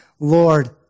Lord